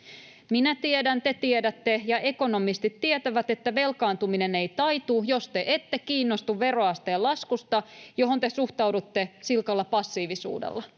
Minä tiedän, te tiedätte ja ekonomistit tietävät, että velkaantuminen ei taitu, jos te ette kiinnostu veroasteen laskusta, johon te suhtaudutte silkalla passiivisuudella.